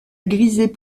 grisait